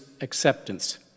acceptance